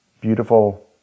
beautiful